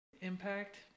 impact